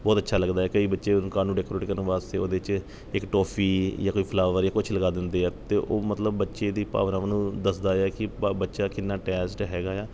ਬਹੁਤ ਅੱਛਾ ਲੱਗਦਾ ਹੈ ਕਈ ਬੱਚੇ ਉਹਨੂੰ ਕਾਰਡ ਨੂੰ ਡੈਕੋਰੇਟ ਕਰਨ ਵਾਸਤੇ ਉਹਦੇ 'ਚ ਇੱਕ ਟੋਫੀ ਜਾਂ ਕੋਈ ਫਲਾਵਰ ਜਾਂ ਕੁਛ ਲਗਾ ਦਿੰਦੇ ਹੈ ਅਤੇ ਉਹ ਮਤਲਬ ਬੱਚੇ ਦੀ ਭਾਵਨਾਵਾਂ ਨੂੰ ਦੱਸਦਾ ਹੈ ਕਿ ਬਾ ਬੱਚਾ ਕਿੰਨਾ ਅਟੈਚਡ ਹੈਗਾ ਆ